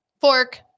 Fork